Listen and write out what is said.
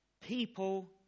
people